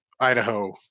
idaho